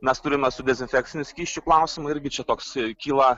mes turime su dezinfekciniu skysčiu klausimą irgi čia toks kyla